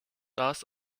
das